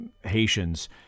Haitians